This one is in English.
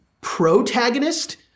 protagonist